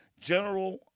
General